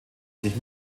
sich